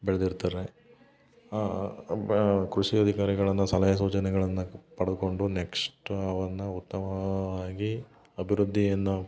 ಬೆಳ್ದಿರ್ತಾರೆ ಆ ಬ ಕೃಷಿ ಅಧಿಕಾರಿಗಳನ್ನ ಸಲಹೆ ಸೂಚನೆಗಳನ್ನ ಪಡ್ದುಕೊಂಡು ನೆಕ್ಷ್ಟು ಅವನ್ನ ಉತ್ತಮವಾಗಿ ಅಭಿವೃದ್ಧಿಯನ್ನ ನಾವು